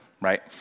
right